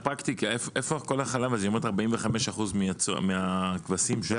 איפה כל החלב, אם היא אומרת ש-45% מהכבשים --?